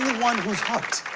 one who's hooked.